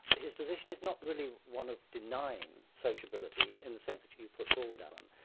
his position is not really one of denying sociability in the sense that you put forward, alan,